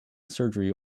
surgery